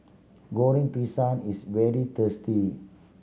Goreng Pisang is very tasty